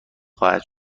خواهد